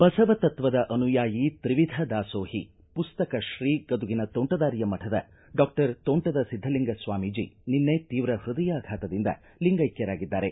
ಬಸವ ತತ್ವದ ಅನುಯಾಯಿ ತ್ರಿವಿಧ ದಾಸೋಹಿ ಪುಸ್ತಕ ಶ್ರೀ ಗದುಗಿನ ತೋಂಟದಾರ್ಯ ಮಠದ ಡಾಕ್ಟರ್ ತೋಂಟದ ಒದ್ದಲಿಂಗ ಸ್ವಾಮೀಜ ನಿನ್ನೆ ತೀವ್ರ ಹೃದಯಾಘಾತದಿಂದ ಲಿಂಗೈಕ್ವರಾಗಿದ್ದಾರೆ